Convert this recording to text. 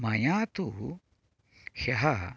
मया तु ह्यः